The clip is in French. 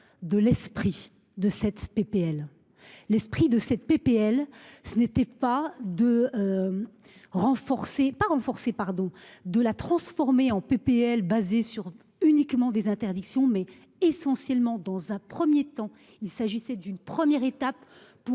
de l'esprit de cette PPL l'esprit de cette PPL ce n'était pas de. Renforcer pas renforcer pardon de la transformer en PPL basé sur uniquement des interdictions mais essentiellement dans un 1er temps, il s'agissait d'une première étape pour